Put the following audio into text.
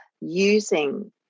Using